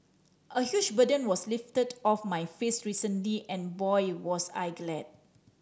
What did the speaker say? a huge burden was lifted off my face recently and boy was I glad